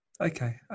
Okay